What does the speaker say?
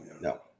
No